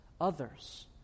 others